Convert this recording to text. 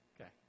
Okay